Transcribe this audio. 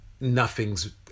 nothing's